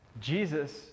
Jesus